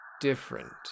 different